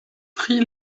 tri